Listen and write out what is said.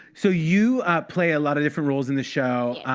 so you play a lot of different roles in the show,